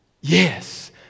Yes